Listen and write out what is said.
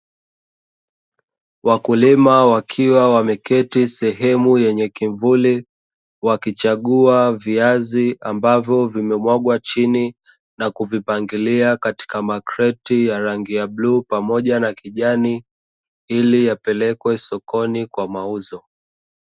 Wakulima wakiwa wemeketi sehemu yenye kivuli wakichaguwa viazi ambavyo vimemwagwa chini na kuvipangilia kwenye makreti yenye rangi ya bluu pamoja na kijani ili yapelekwe sokoni kwa mauzo.